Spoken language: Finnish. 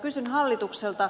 kysyn hallitukselta